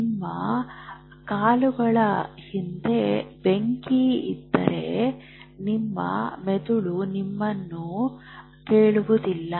ನಿಮ್ಮ ಕಾಲುಗಳ ಹಿಂದೆ ಬೆಂಕಿ ಇದ್ದರೆ ನಿಮ್ಮ ಮೆದುಳು ನಿಮ್ಮನ್ನು ಕೇಳುವುದಿಲ್ಲ